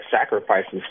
sacrifices